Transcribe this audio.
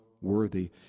worthy